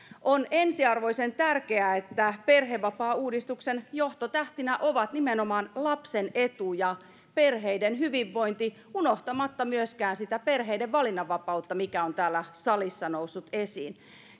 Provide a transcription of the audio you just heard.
on ensiarvoisen tärkeää että perhevapaauudistuksen johtotähtinä ovat nimenomaan lapsen etu ja perheiden hyvinvointi unohtamatta myöskään sitä perheiden valinnanvapautta mikä on täällä salissa noussut esiin